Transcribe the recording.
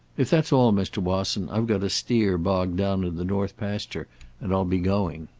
if that's all, mr. wasson, i've got a steer bogged down in the north pasture and i'll be going.